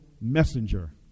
messenger